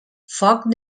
foc